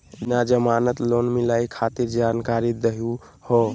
बिना जमानत लोन मिलई खातिर जानकारी दहु हो?